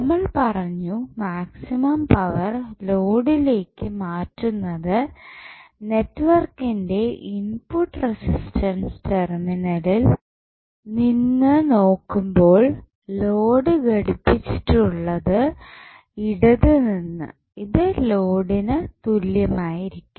നമ്മൾ പറഞ്ഞു maximum power ലോഡിലേക്ക് മാറ്റുന്നത് നെറ്റ്വർക്കിന്റെ ഇൻപുട്ട് റെസിസ്റ്റൻസ് ടെർമിനലിൽ നിന്ന് നോക്കുമ്പോൾ ലോഡ് ഘടിപ്പിച്ചിട്ടുള്ള ഇടത്തു നിന്ന് ഇത് ലോഡിന് തുല്യമായിരിക്കും